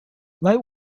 light